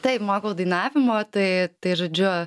taip mokau dainavimo tai tai žodžiu